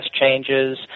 changes